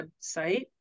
website